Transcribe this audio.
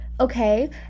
Okay